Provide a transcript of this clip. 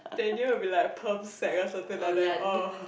Daniel will be like or something like that